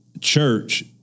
church